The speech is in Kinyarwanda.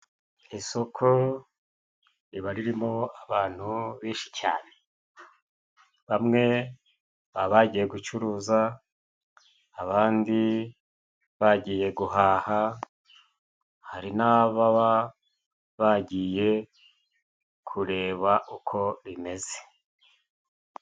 Isoko riba ririmo abantu beshi cyane. Bamwe baba bagiye gucuruza, abandi bagiye guhaha, hari n'ababa bagiye kureba uko bimeze.